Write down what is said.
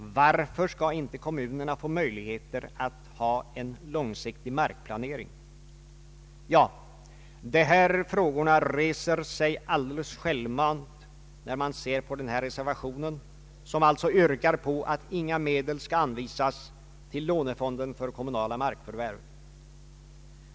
Varför skall inte kommunerna få möjligheter att ha en långsiktig markplanering? Ja, de här frågorna reser sig alldeles självmant, när man ser på den här reservationen, som yrkar på att inga medel skall anvisas till lånefonden för kommunala markförvärv.